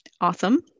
awesome